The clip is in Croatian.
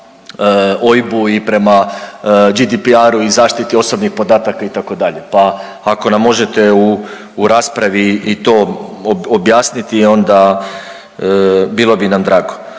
prema OIB-u i prema GDPR-u i zaštiti osobnih podataka, itd. Pa ako nam možete u raspravi i to objasniti, onda, bilo bi nam drago.